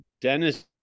Dennis